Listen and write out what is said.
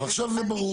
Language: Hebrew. אבל עכשיו זה ברור.